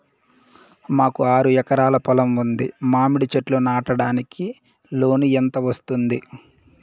మాకు ఆరు ఎకరాలు పొలం ఉంది, మామిడి చెట్లు నాటడానికి లోను ఎంత వస్తుంది?